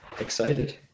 Excited